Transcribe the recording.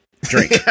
drink